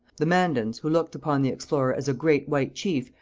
the mandans, who looked upon the explorer as a great white chief,